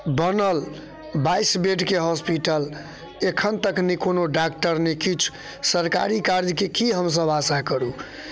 बनल बाइस बेडके हॉस्पिटल एखन तक नहि कोनो डाक्टर नहि किछु सरकारी कार्यके की हमसब आशा करू